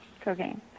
Cocaine